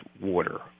water